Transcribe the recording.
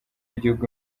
y’igihugu